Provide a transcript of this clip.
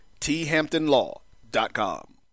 thamptonlaw.com